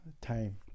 time